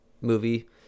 movie